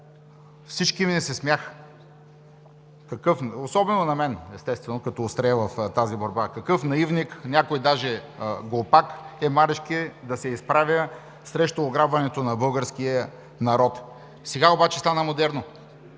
всички ми се смяха, особено на мен – естествено, като острие в тази борба: „какъв наивник“, някои даже: „Глупак е Марешки да се изправя срещу ограбването на българския народ.“ Сега обаче стана модерно.